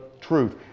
truth